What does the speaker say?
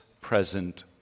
present